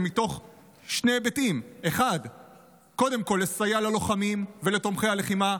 מתוך שני היבטים: 1. לסייע ללוחמים ולתומכי הלחימה,